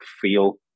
feel